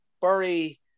Bury